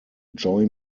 joy